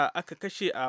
akakashi